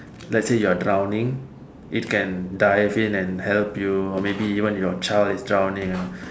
like actually you're drowning it can dive in and help you or maybe even if your child is drowning